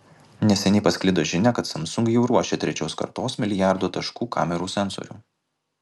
neseniai pasklido žinia kad samsung jau ruošia trečios kartos milijardo taškų kamerų sensorių